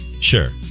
Sure